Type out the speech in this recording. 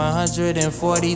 140